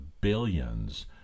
billions